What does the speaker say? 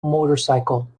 motorcycle